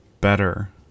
better